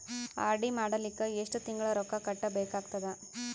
RD ಮಾಡಲಿಕ್ಕ ಎಷ್ಟು ತಿಂಗಳ ರೊಕ್ಕ ಕಟ್ಟಬೇಕಾಗತದ?